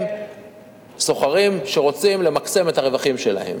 הם סוחרים שרוצים למקסם את הרווחים שלהם,